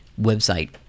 website